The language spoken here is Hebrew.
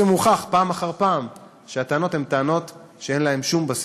מוכח פעם אחר פעם שהטענות הן טענות שאין להן שום בסיס.